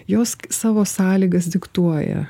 jos savo sąlygas diktuoja